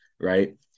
Right